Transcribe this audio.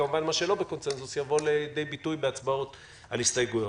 כמובן שמה שלא בקונצנזוס יבוא לידי ביטוי בהצבעות על ההסתייגויות.